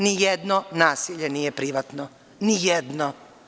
Nijedno nasilje nije privatno, nijedno.